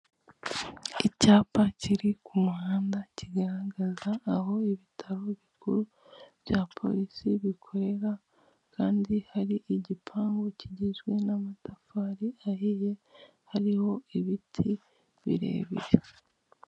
Icyapa kiri ku muhanda, kigaragaza aho ibitaro bikuru bya polisi bikorera, kandi hari igipangu kigizwe n'amatafari ahiye, hariho ibiti birebire.